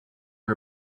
her